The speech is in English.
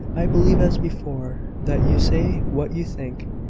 i believe, as before, that you say what you think.